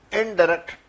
indirect